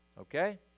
Okay